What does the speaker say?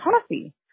coffee